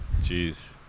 Jeez